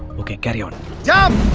okay, carry on jump